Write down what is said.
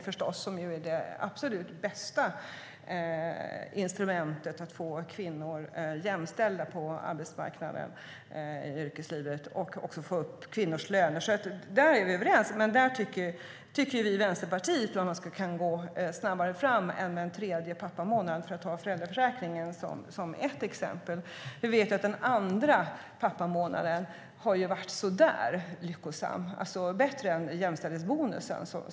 Det är det absolut bästa instrumentet för att få kvinnor jämställda på arbetsmarknaden och i yrkeslivet och för att få upp kvinnors löner. Där är vi överens, men för att ta föräldraförsäkringen som ett exempel tycker vi i Vänsterpartiet att man kan gå fram snabbare än med en tredje pappamånad. Vi vet att den andra pappamånaden inte har varit så lyckosam även om den var bättre än jämställdhetsbonusen.